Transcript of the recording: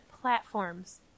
platforms